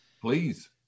Please